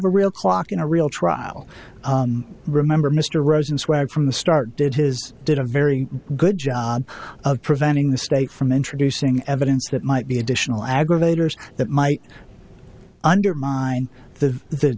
a real clock in a real trial remember mr rosensweig from the start did his did a very good job of preventing the state from introducing evidence that might be additional aggravators that might undermine the